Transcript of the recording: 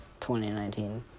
2019